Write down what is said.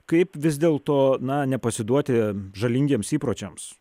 kaip vis dėlto na nepasiduoti žalingiems įpročiams